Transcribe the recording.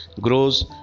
grows